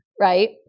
right